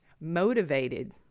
motivated